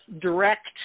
direct